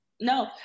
No